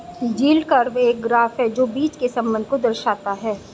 yield curve एक graph है जो बीच के संबंध को दर्शाता है